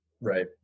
Right